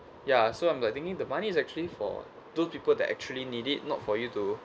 ya so I'm like thinking the money is actually for those people that actually need it not for you to